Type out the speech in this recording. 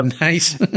Nice